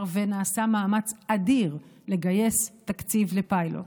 ונעשה מאמץ אדיר לגייס תקציב לפיילוט.